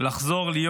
לחזור להיות